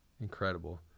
Incredible